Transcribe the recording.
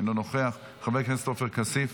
אינו נוכח, חבר הכנסת עופר כסיף,